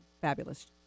Fabulous